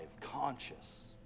conscious